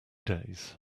days